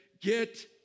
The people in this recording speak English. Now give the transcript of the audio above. get